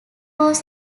was